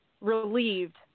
relieved